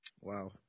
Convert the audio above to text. wow